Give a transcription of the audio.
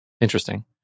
interesting